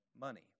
money